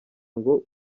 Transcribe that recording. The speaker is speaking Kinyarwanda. ngo